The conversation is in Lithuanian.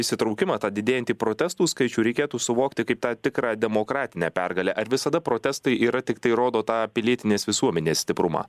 įsitraukimą tą didėjantį protestų skaičių reikėtų suvokti kaip tą tikrą demokratinę pergalę ar visada protestai yra tiktai rodo tą pilietinės visuomenės stiprumą